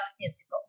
musical